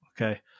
Okay